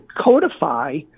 codify